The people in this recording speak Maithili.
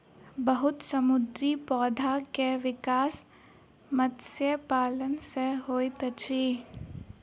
बहुत समुद्री पौधा के विकास मत्स्य पालन सॅ होइत अछि